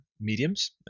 mediums